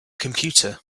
computer